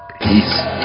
Peace